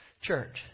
church